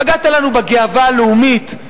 פגעת לנו בגאווה הלאומית.